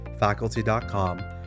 faculty.com